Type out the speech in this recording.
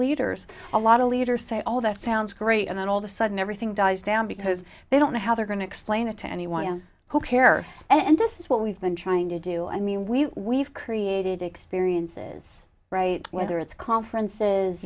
leaders a lot of leaders say all that sounds great and then all of a sudden everything dies down because they don't know how they're going to explain it to anyone who cares and this is what we've been trying to do i mean we we've created experiences right whether it's conferences